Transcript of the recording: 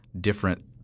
different